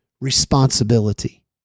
responsibility